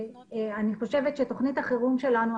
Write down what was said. אני חושבת שתוכנית החירום שלנו,